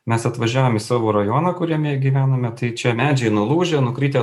mes atvažiavom į savo rajoną kuriame gyvenome tai čia medžiai nulūžę nukritę